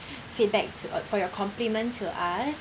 feedback t~ uh for your compliment to us